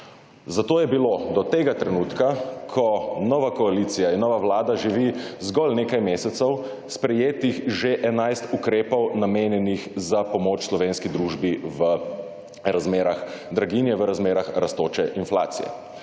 Zato je bilo do tega trenutka, ko nova koalicija in nova Vlada živi zgolj nekaj mesecev, sprejetih že enajst ukrepov, namenjenih za pomoč slovenski družbi v razmerah draginje, v razmerah rastoče inflacije.